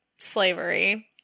slavery